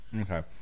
Okay